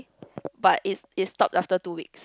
but it it stop after two weeks